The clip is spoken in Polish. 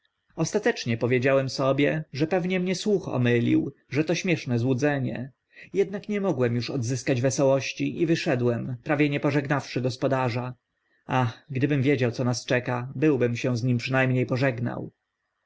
ostatecznie powiedziałem sobie że pewnie mię słuch omylił że to śmieszne złudzenie jednak nie mogłem uż odzyskać wesołości i wyszedłem prawie nie pożegnawszy gospodarza ach gdybym wiedział co nas czeka byłbym się z nim przyna mnie pożegnał